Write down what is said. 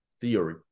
theory